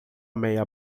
meia